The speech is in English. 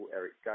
Eric